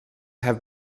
have